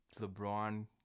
LeBron